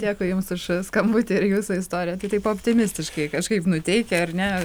dėkui jums už skambutį ir jūsų istoriją tai taip optimistiškai kažkaip nuteikia ar ne